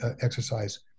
exercise